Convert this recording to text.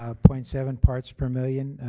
ah point seven parts per million